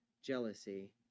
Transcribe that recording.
Jealousy